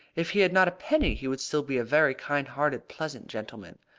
if he had not a penny he would still be a very kind-hearted, pleasant gentleman.